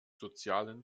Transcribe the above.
sozialen